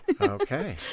Okay